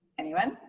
anyone?